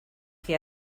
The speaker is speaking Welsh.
chi